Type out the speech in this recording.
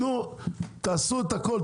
תעשו הכול,